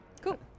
Cool